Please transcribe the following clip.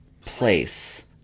place